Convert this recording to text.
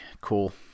cool